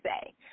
say